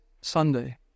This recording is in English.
Sunday